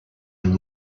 and